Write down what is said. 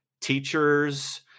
teachers